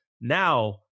Now